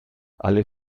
alle